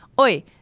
oi